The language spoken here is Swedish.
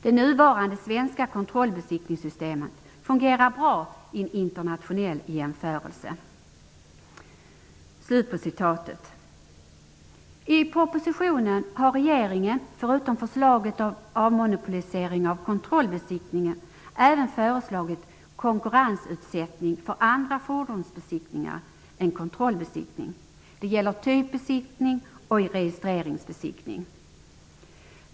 - Det nuvarande svenska kontrollbesiktningssystemet fungerar bra i en internationell jämförelse.'' I propositionen har regeringen, förutom förslaget om avmonopolisering av kontrollbesiktning, även föreslagit konkurrensutsättning för andra fordonsbesiktningar än kontrollbesiktning. Det gäller typbesiktning och registreringsbesiktning.